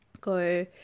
go